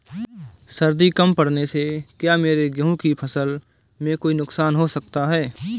सर्दी कम पड़ने से क्या मेरे गेहूँ की फसल में कोई नुकसान हो सकता है?